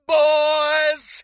boys